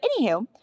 anywho